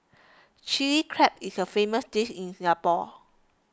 Chilli Crab is a famous dish in Singapore